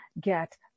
get